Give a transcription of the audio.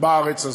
בארץ הזאת.